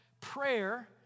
prayer